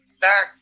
back